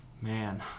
Man